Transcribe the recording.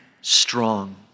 strong